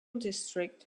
district